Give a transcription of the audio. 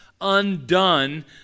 undone